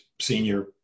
senior